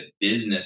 business